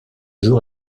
jour